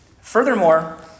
Furthermore